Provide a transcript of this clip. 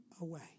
away